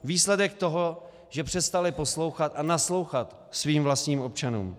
Výsledek toho, že přestali poslouchat a naslouchat svým vlastním občanům.